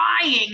crying